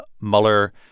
Mueller